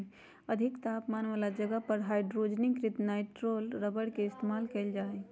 अधिक तापमान वाला जगह पर हाइड्रोजनीकृत नाइट्राइल रबर के इस्तेमाल कइल जा हई